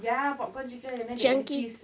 ya popcorn chicken and then they add in cheese